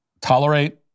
tolerate